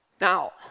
Now